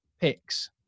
picks